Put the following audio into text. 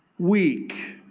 weak.